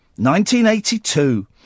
1982